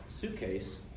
suitcase